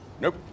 Nope